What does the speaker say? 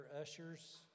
Ushers